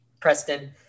Preston